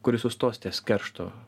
kuri sustos ties keršto